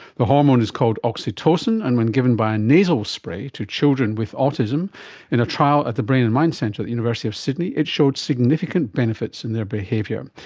the hormone is called oxytocin, and when given by a nasal spray to children with autism in a trial at the brain and mind centre at the university of sydney, it showed significant benefits in their behaviour.